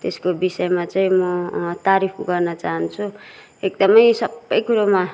त्यसको विषयमा चाहिँ म तारिफ गर्न चाहन्छु एकदमै सबै कुरोमा